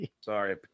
Sorry